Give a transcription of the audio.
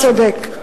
אתה צודק.